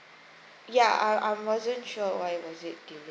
ya I I wasn't sure why was it delayed